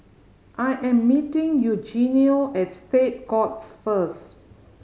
I am meeting Eugenio at State Courts first